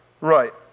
Right